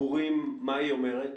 הבורים, מה היא אומרת?